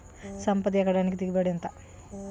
సంపద ఎకరానికి దిగుబడి ఎంత?